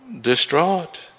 distraught